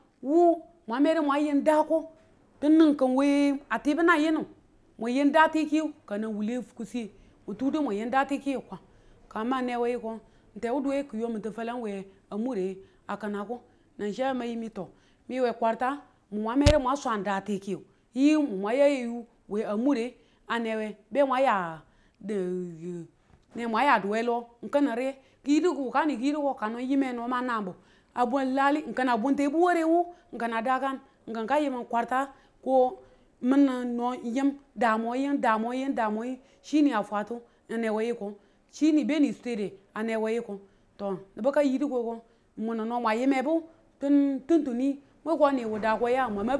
wu mang medu mwang yim dako dini ki we a tibmang yinu mun yim daatikiyu ka nang wule kiswiye mun tudu mum yim daatikiyu kini kwang. Ka ma anewe yiko n tewuduwu ki yo mintin falang we a mure a kina ko nang chi a mang mi to we kwarta n mun mang medu mwang swaan dati kiyu yyiyu ni mun mwang ya yayu weng a mure ane be mwang ya ne mwan yadu we lo n kini riye ki yidu ko wukani kiyudu ko ka no n yime no mang naanbu n kinang da kang inki ka niyum kwarta ko mining no yim, da mwoyim da mwoyim da mwoyi chi ni a fwatum a newe yikong chi ni- be ni swe de a newe yiko nibu ka yidu n mun no mwag yimebu mwiko mwu daako ya.